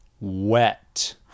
Wet